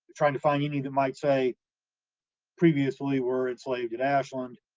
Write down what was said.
trying to find any that might say previously were enslaved at ashland,